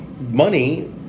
money